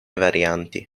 varianti